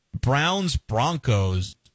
Browns-Broncos